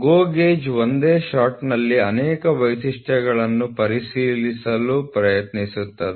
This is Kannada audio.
GO ಗೇಜ್ ಒಂದೇ ಶಾಟ್ನಲ್ಲಿ ಅನೇಕ ವೈಶಿಷ್ಟ್ಯಗಳನ್ನು ಪರಿಶೀಲಿಸಲು ಪ್ರಯತ್ನಿಸುತ್ತದೆ